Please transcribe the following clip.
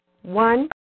One